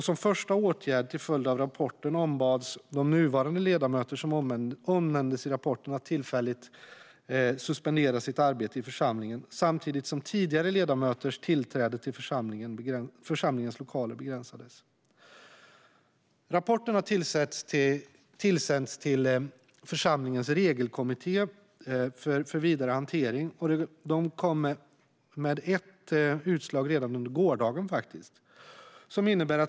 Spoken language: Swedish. Som första åtgärd till följd av rapporten ombads de nuvarande ledamöter som omnämndes i rapporten att tillfälligt suspendera sitt arbete i församlingen samtidigt som tidigare ledamöters tillträde till församlingens lokaler begränsades. Rapporten sändes till församlingens regelkommitté för vidare hantering, och de kom med ett utslag redan under gårdagen.